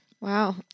Wow